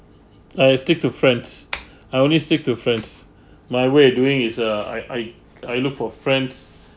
I stick to friends I only stick to friends my way doing is uh I I I look for friends